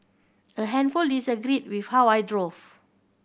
a handful disagreed with how I drove